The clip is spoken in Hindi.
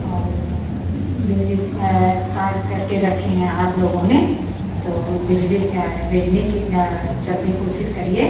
और बिजली काटकर के रखे हैं आप लोगों ने तो बिजली का भेजने की जल्दी कोशिश करिए